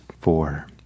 four